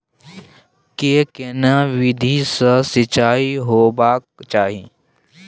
के केना विधी सॅ सिंचाई होबाक चाही?